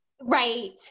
Right